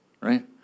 Right